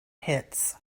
hits